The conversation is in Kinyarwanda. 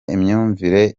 imyumvire